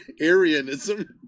arianism